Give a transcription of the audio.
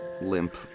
limp